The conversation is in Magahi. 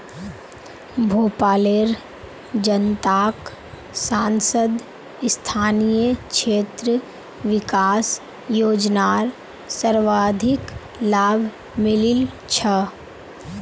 भोपालेर जनताक सांसद स्थानीय क्षेत्र विकास योजनार सर्वाधिक लाभ मिलील छ